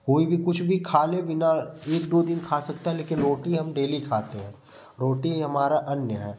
कोई भी कुछ भी खा ले बिना एक दो दिन खा सकता है लेकिन रोटी हम डेली खाते हैं रोटी हमारा अन्य है